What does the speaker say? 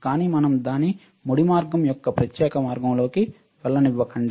కాని మనం దాని ముడి మార్గం యొక్క ప్రత్యేక మార్గం లోకి వెళ్ళనివ్వకండి